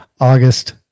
August